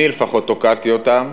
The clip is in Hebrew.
אני לפחות הוקעתי אותם,